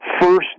first